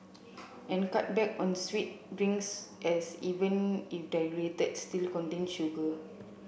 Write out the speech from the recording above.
and cut back on sweet drinks as even if diluted still contain sugar